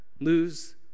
lose